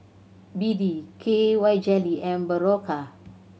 B D K Y Jelly and Berocca